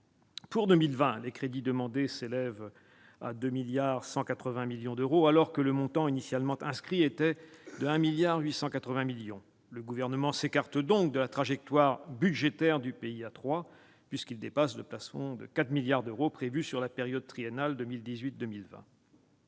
Pour 2020, les crédits demandés s'élèvent à 2,18 milliards d'euros, alors que le montant initialement inscrit était de 1,88 milliard d'euros. Le Gouvernement s'écarte donc de la trajectoire budgétaire du PIA 3, puisqu'il dépasse le plafond de 4 milliards d'euros prévu sur la période triennale 2018-2020.